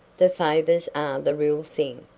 the favors are the real thing,